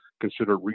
consider